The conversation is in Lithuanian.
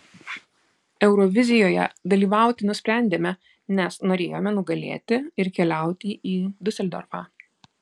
eurovizijoje dalyvauti nusprendėme nes norėjome nugalėti ir keliauti į diuseldorfą